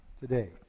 today